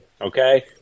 Okay